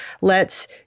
lets